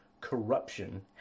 corruption